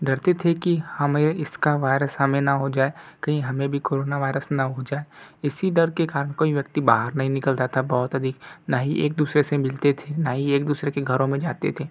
डरते थे कि हमें इसका वायरस हमें न हो जाए कहीं हमें भी कोरोना वायरस न हो जाए इसी डर के कारण कोई व्यक्ति बाहर नहीं निकलता था बहुत अधिक ना ही एक दूसरे से मिलते थे ना ही एक दूसरे के घरों में जाते थे